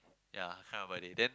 ya I can't remember already then